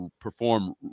perform